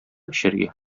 эчәргә